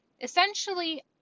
essentially